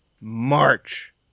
March